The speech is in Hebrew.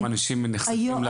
כמה אנשים נחשפים?